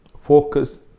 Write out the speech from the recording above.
focus